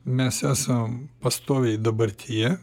mes esam pastoviai dabartyje